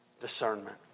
discernment